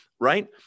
right